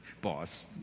boss